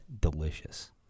delicious